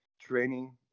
training